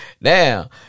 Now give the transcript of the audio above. Now